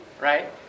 Right